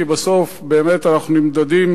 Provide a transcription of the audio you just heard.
כי בסוף באמת אנחנו נמדדים